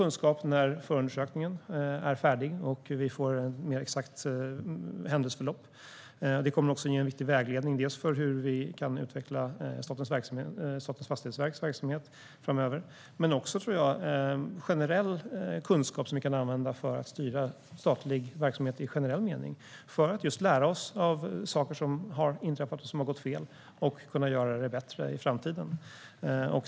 När förundersökningen är färdig och vi får ett mer exakt händelseförlopp kommer vi att få mer kunskap. Det kommer också att ge en viktig vägledning för hur vi kan utveckla Statens fastighetsverks verksamhet framöver. Men jag tror att det också kommer att ge generell kunskap som vi kan använda för att styra statlig verksamhet i generell mening för att just lära oss av saker som har inträffat och som har gått fel och kunna göra det bättre i framtiden.